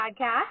podcast